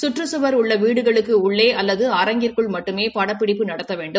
சுற்றுச்சுவர் உள்ள வீடுகளுக்கு உள்ளே அல்லது அரங்கிற்குள் மட்டுமே படப்பிடிப்பு நடத்த வேண்டும்